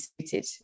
suited